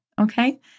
okay